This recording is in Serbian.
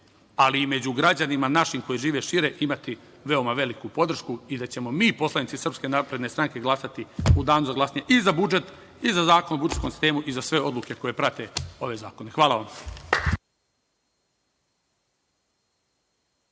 ali i među građanima našim koji žive šire imati veoma veliku podršku i da ćemo mi poslanici SNS glasati u Danu za glasanje i za budžet i za zakon o budžetskom sistemu i za sve odluke koje prate ove zakone. Hvala.